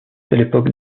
l’époque